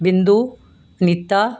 Bindu Anita